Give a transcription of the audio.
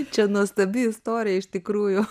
čia nuostabi istorija iš tikrųjų